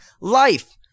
life